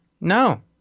No